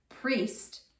priest